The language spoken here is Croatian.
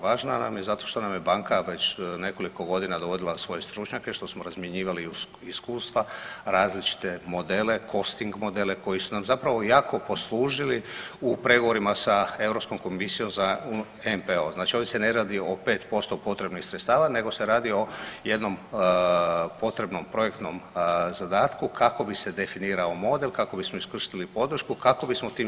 Važna nam je zato što nam je banka već nekoliko godina dovodila svoje stručnjake što smo razmjenjivali iskustva, različite modele, kosting modele koji su nam zapravo jako poslužili u pregovorima sa Europskom komisijom za NPO, znači ovdje se ne radi o 5% potrebnih sredstava nego se radi o jednom potrebnom projektnom zadatku kako bi se definirao model kako bismo iskoristili podršku, kako bismo tim školama